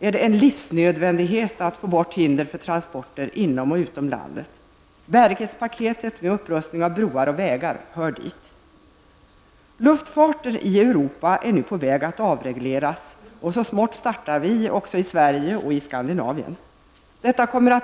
är det en livsnödvändighet att få bort hinder för transporter inom och utom landet. Bärighetspaketet med upprustning av broar och vägar hör dit. Luftfarten i Europa är nu på väg att avregleras, och vi i Sverige och Skandinavien startar också så smått.